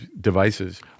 devices